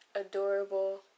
adorable